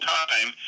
time